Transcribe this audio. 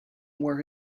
where